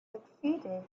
succeeded